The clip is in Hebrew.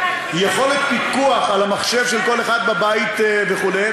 עם יכולת פיקוח על המחשב של כל אחד בבית וכו',